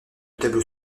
tableau